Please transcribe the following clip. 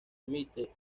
emite